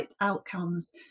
outcomes